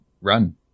run